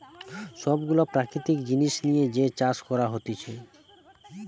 সব গুলা প্রাকৃতিক জিনিস লিয়ে যে চাষ করা হতিছে